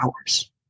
hours